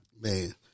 man